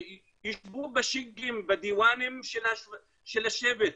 יישבו בדיוואנים של השבט,